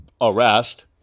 arrest